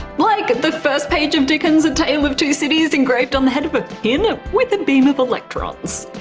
like the first page of dickens' a tale of two cities engraved on the head of a pin ah with a beam of electrons.